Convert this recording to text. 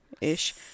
ish